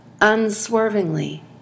unswervingly